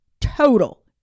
total